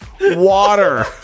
Water